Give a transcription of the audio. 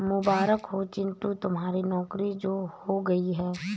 मुबारक हो चिंटू तुम्हारी नौकरी जो हो गई है